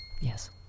Yes